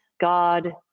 god